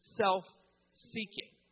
self-seeking